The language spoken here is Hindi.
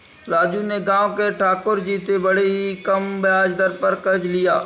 राजू ने गांव के ठाकुर जी से बड़े ही कम ब्याज दर पर कर्ज लिया